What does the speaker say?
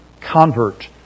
convert